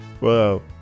Wow